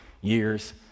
years